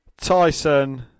Tyson